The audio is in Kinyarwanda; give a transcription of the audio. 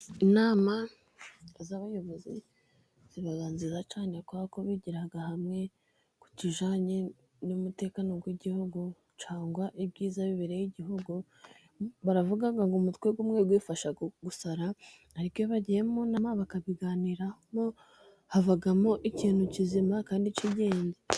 Inama z'abayobozi ziba nziza cyane kubera ko bigira hamwe ku kijyanye n'umutekano w'igihugu, cyangwa ibyiza bibereye igihugu. Baravuga ngo umutwe umwe wifasha gusara, ariko iyo bagiye mu nama bakabiganiraho, havamo ikintu kizima kandi cy'ingenzi.